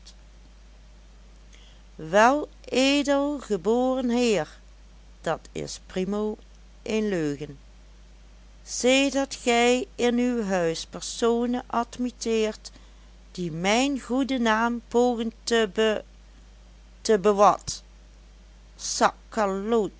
weledelgeboren heer dat is primo een leugen sedert gij in uw huis personen admitteert die mijn goeden naam pogen te be te